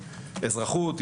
אזרחות,